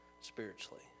spiritually